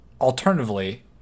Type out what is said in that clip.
Alternatively